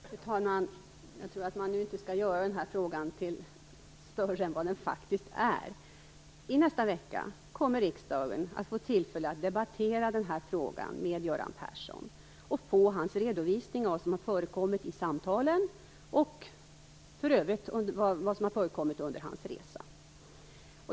Fru talman! Jag tror att man inte skall göra den här frågan större än den faktiskt är. I nästa vecka kommer riksdagen att få tillfälle att debattera den här frågan med Göran Persson och få hans redovisning av vad som har förekommit i samtalen och för övrigt vad som har förekommit under hans resa.